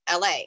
LA